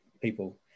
people